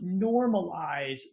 normalize